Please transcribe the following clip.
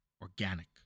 organic